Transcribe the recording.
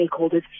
stakeholders